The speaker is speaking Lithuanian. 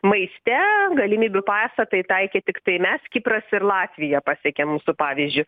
maiste galimybių pasą tai taikė tiktai mes kipras ir latvija pasekė mūsų pavyzdžiu